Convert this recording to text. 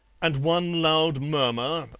and one loud murmur,